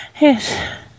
Yes